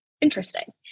Interesting